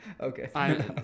Okay